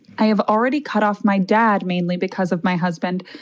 i have already cut off my dad mainly because of my husband,